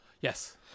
Yes